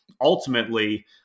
ultimately